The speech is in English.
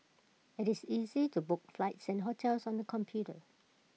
IT is easy to book flights and hotels on the computer